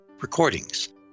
recordings